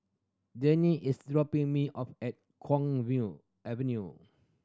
Journey is dropping me off at Kwong View Avenue